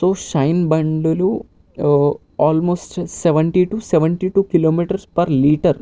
so Shine బండులు almost seventy two seventy two kilometres per litre